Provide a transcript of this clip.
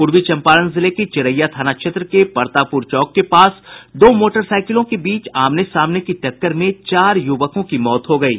पूर्वी चंपारण जिले के चिरैया थाना क्षेत्र के परतापुर चौक के पास दो मोटरसाइकिलों के बीच आमने सामने की टक्कर में चार युवकों की मौत हो गयी